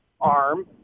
arm